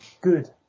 good